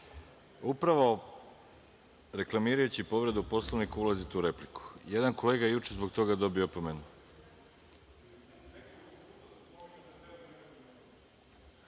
upravo reklamirajući povredu Poslovnika ulazite u repliku. Jedan kolega je juče zbog toga dobio opomenu.(Ivan